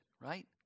right